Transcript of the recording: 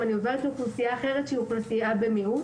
אם אני עוברת לאוכלוסייה אחרת שהיא אוכלוסייה במיעוט,